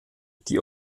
die